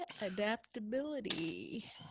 adaptability